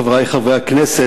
חברי חברי הכנסת,